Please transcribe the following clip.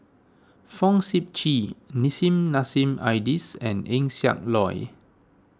Fong Sip Chee Nissim Nassim Adis and Eng Siak Loy